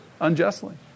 unjustly